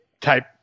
type